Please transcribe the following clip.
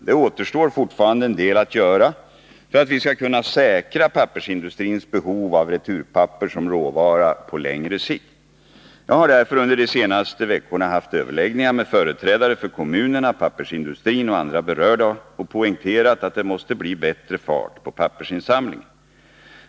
Det återstår fortfarande en del att göra för att vi skall kunna säkra pappersindustrins behov av returpapper som råvara på längre sikt. Jag har därför under de senaste veckorna haft överläggningar med företrädare för kommunerna, pappersindustrin och andra berörda och poängterat att det måste bli bättre fart på pappersinsamlingen.